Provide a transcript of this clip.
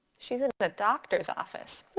she's at the doctor's office.